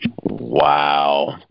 Wow